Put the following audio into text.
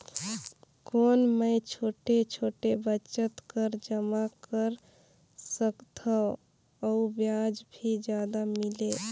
कौन मै छोटे छोटे बचत कर जमा कर सकथव अउ ब्याज भी जादा मिले?